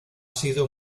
sido